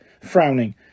frowning